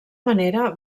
manera